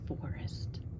forest